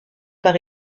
par